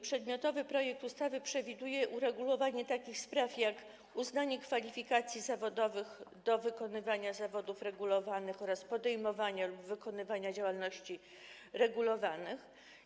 Przedmiotowy projekt ustawy przewiduje uregulowanie takich spraw jak uznanie kwalifikacji zawodowych do wykonywania zawodów regulowanych oraz podejmowania lub wykonywania działalności regulowanych.